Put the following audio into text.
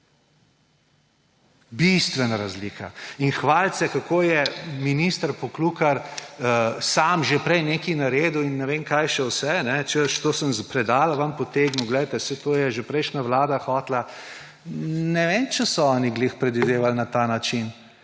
Bistvena razlika. In hvaliti se, kako je minister Poklukar sam že prej nekaj naredil in ne vem kaj še vse, češ, to sem iz predala ven potegnil, saj to je že prejšnja vlada hotela. Ne vem, če so oni ravno predvidevali na ta način.